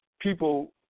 people